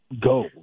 go